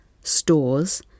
stores